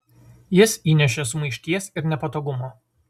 jis įnešė sumaišties ir nepatogumo